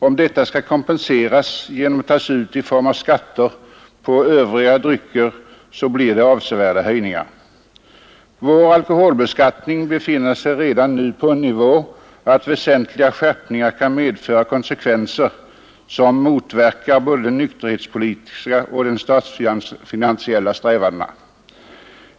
Om detta skall kompenseras genom nya skatter på övriga drycker, blir det avsevärda prishöjningar. Vår alkoholbeskattning befinner sig redan nu på en sådan nivå, att väsentliga skärpningar kan medföra konsekvenser som motverkar både de nykterhetspolitiska och statsfinansiella strävandena.